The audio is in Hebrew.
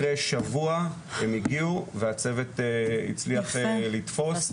אחרי שבוע הם הגיעו והצוות הצליח לתפוס,